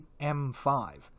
M5